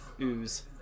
ooze